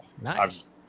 Nice